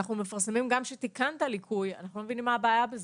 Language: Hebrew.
אנחנו מפרסמים גם כשאתה מתקן ליקוי אנחנו לא מבינים מה הבעיה בזה.